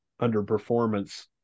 underperformance